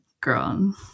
girl